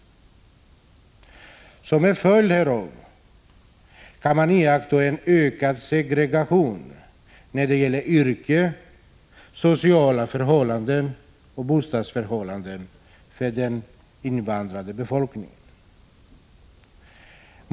Som en följd härav kan man iaktta en ökad segregation när det gäller den invandrade befolkningens yrkestillhörighet, sociala förhållanden och bostadsförhållanden.